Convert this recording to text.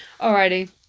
Alrighty